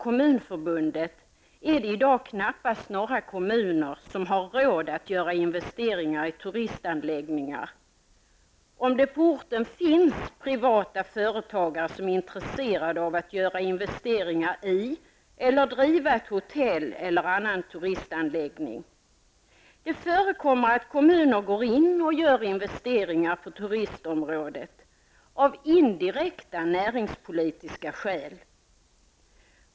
Kommunförbundet är det i dag knappast några kommuner som har råd att göra investeringar i turistanläggningar, om det på orten finns privata företagare som är intresserade av att göra investeringar i eller driva ett hotell eller en annan turistanläggning. Det förekommer att kommuner går in och gör investeringar på turistområdet av indirekta näringspolitiska skäl.